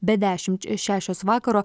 be dešimt šešios vakaro